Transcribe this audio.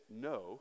No